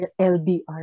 LDR